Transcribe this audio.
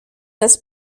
das